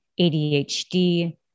ADHD